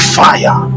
fire